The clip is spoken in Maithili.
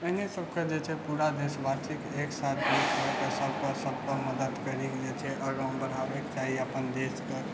एहिने सबके जे छै पूरा देशवासीके एक साथ मिलिके सबके सबके मदद करैके लिए जे छै आगाँ बढ़ाबैके चाही अपन देशके